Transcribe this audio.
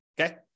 okay